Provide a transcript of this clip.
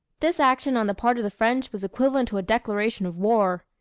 this action on the part of the french was equivalent to a declaration of war.